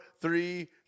three